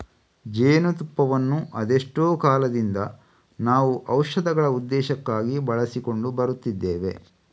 ಜೇನು ತುಪ್ಪವನ್ನ ಅದೆಷ್ಟೋ ಕಾಲದಿಂದ ನಾವು ಔಷಧಗಳ ಉದ್ದೇಶಕ್ಕಾಗಿ ಬಳಸಿಕೊಂಡು ಬರುತ್ತಿದ್ದೇವೆ